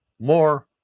more